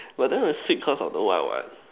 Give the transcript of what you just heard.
whether is sick or cause know what I want